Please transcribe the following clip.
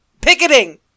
picketing